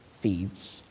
feeds